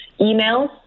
email